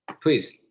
Please